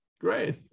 Great